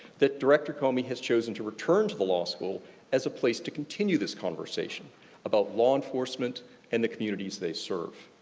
that director comey has chosen to return to the law school as a place to continue this conversation about law enforcement and the communities they serve.